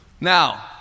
Now